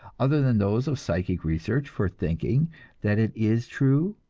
other than those of psychic research, for thinking that it is true,